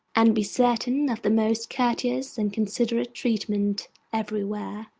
and be certain of the most courteous and considerate treatment everywhere.